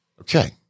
Okay